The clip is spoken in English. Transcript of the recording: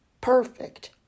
perfect